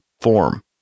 form